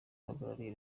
uhagarariye